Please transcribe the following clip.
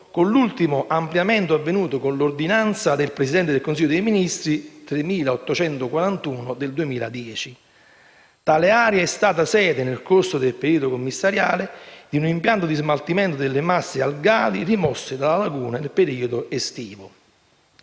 con l'ultimo ampliamento avvenuto con l'ordinanza del Presidente del Consiglio dei ministri n. 3.841 del 2010. Tale area è stata sede, nel corso del periodo commissariale, di un impianto di smaltimento delle masse algali rimosse dalla laguna nel periodo estivo.